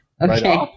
Okay